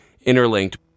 interlinked